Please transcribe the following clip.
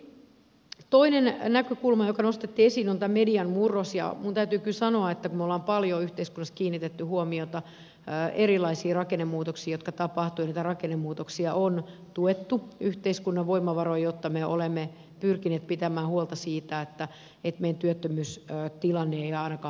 myöskin toinen näkökulma joka nostettiin esille on tämä median murros ja minun täytyy kyllä sanoa että me olemme paljon yhteiskunnassa kiinnittäneet huomiota erilaisiin rakennemuutoksiin jotka tapahtuvat ja niitä rakennemuutoksia on tuettu yhteiskunnan voimavaroin millä me olemme pyrkineet pitämään huolta siitä että meidän työttömyystilanteemme ei ainakaan pahenisi